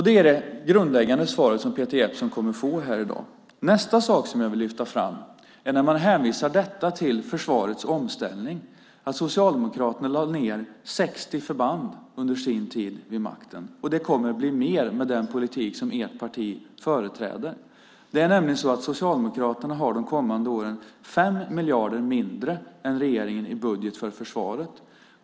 Det är det grundläggande svar som Peter Jeppsson kommer att få här i dag. När man hänvisar detta till försvarets omställning vill jag lyfta fram att Socialdemokraterna lade ned 60 förband under sin tid vid makten, och det kommer att bli mer med den politik som ert parti företräder. Det är nämligen så att Socialdemokraterna de kommande åren har 5 miljarder mindre än regeringen i budget för försvaret.